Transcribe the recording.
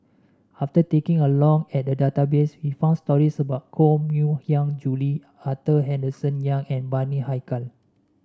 after taking a long at the database we found stories about Koh Mui Hiang Julie Arthur Henderson Young and Bani Haykal